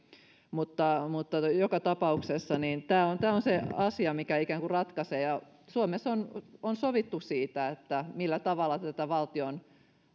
mutta joka tapauksessa tämä on se asia mikä ikään kuin ratkaisee suomessa on on sovittu siitä millä tavalla tätä valtion